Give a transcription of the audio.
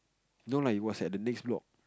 no lah it was at the next block